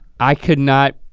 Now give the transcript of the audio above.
i could not,